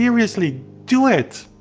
seriously do it.